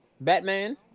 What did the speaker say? Batman